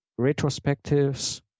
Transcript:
retrospectives